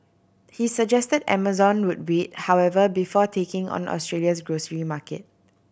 he suggested Amazon would wait however before taking on Australia's grocery market